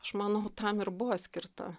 aš manau tam ir buvo skirta